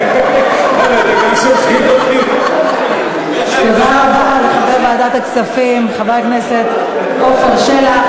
תודה רבה לחבר ועדת הכספים חבר הכנסת עפר שלח.